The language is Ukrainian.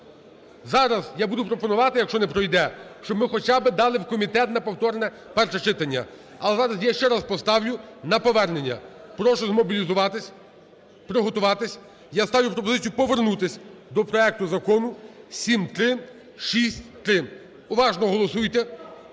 Зараз я буду пропонувати, якщо не пройде, щоб ми хоча би дали в комітет на повторне перше читання. Але зараз я ще раз поставлю на повернення. Прошу змобілізуватись, приготуватись. Я ставлю пропозицію повернутись до проекту Закону 7363. Уважно голосуйте.